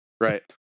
right